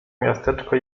miasteczko